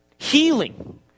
Healing